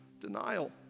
Denial